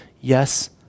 Yes